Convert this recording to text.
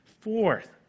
Fourth